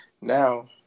Now